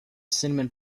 cinnamon